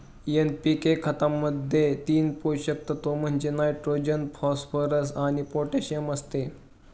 NPK खतामध्ये तीन पोषक तत्व म्हणजे नायट्रोजन, फॉस्फरस आणि पोटॅशियम असते